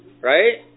Right